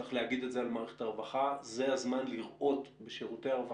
צריך לומר את זה על מערכת הרווחה זה הזמן לראות בשירותי הרווחה,